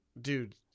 dude